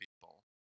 people